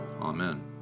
Amen